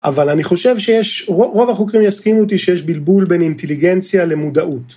אבל אני חושב שיש, רוב החוקרים יסכימו אותי שיש בלבול בין אינטליגנציה למודעות.